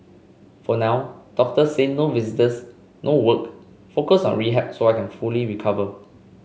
for now doctor say no visitors no work focus on rehab so I can fully recover